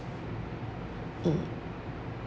mm